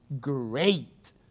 great